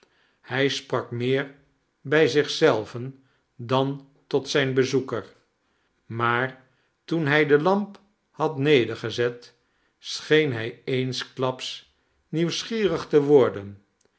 hij sprak meer bij zich zelven dan tot zijn bezoeker maar toen hij de lamp had nedergezet scheen hij eensklaps nieuwsgierig te worden